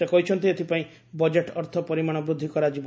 ସେ କହିଛନ୍ତି ଏଥିପାଇଁ ବଜେଟ୍ ଅର୍ଥ ପରିମାଣ ବୃଦ୍ଧି କରାଯିବ